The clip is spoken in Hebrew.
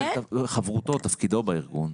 בשל חברותו או תפקידו בארגון.